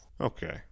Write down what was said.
Okay